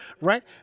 right